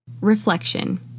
Reflection